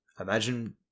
imagine